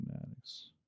fanatics